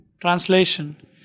Translation